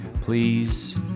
please